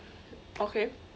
okay